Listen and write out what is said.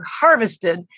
harvested